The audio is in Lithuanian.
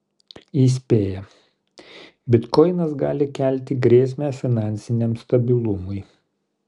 įspėja bitkoinas gali kelti grėsmę finansiniam stabilumui